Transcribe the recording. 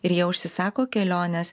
ir jie užsisako keliones